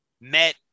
met